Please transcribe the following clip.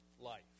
life